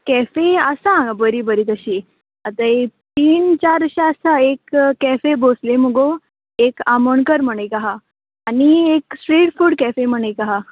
cafe आसा हांगा बरीं बरीं तशीं आतां ए तीन चार अशीं आसा एक कॅफे भोसले मुगो एक आमोणकर म्हुणू एक आसा आनी एक श्रीफूड कॅफे म्हुणू एक आसा